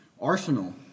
Arsenal